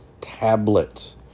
tablet